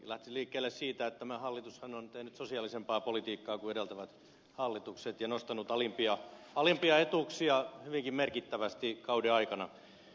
lähtisin liikkeelle siitä että tämä hallitushan on tehnyt sosiaalisempaa politiikkaa kuin edeltävät hallitukset ja nostanut alimpia etuuksia hyvinkin merkittävästi kauden aikana